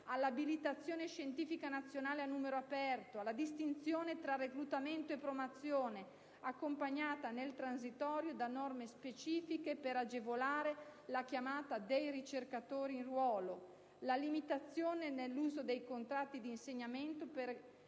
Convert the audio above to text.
all'abilitazione scientifica nazionale a numero aperto; alla distinzione tra reclutamento e promozione, accompagnata nel transitorio da norme specifiche per agevolare la chiamata dei ricercatori di ruolo; alla limitazione nell'uso dei contratti di insegnamento per